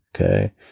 Okay